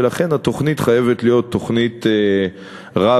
ולכן התוכנית חייבת להיות תוכנית רב-שנתית.